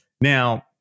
Now